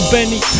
Benny